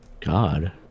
God